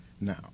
Now